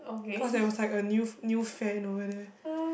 cause I was like a new new fan over there